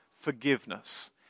forgiveness